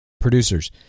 producers